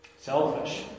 selfish